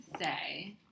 say